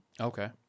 Okay